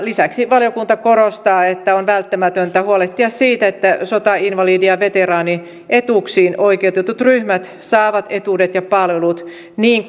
lisäksi valiokunta korostaa että on välttämätöntä huolehtia siitä että sotainvalidi ja veteraanietuuksiin oikeutetut ryhmät saavat etuudet ja palvelut niin